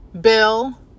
Bill